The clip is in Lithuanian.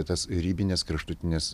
tas ribines kraštutines